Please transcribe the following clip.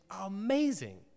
Amazing